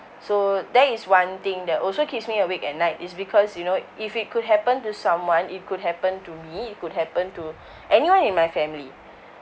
so that is one thing that also keeps me awake at night it's because you know if it could happen to someone it could happen to me it could happen to anyone in my family